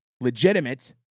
legitimate